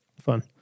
Fun